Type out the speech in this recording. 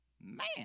man